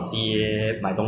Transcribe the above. ki zhuar lor